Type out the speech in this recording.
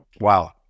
Wow